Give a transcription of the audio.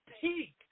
peak